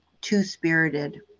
two-spirited